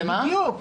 בדיוק.